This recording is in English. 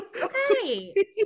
Okay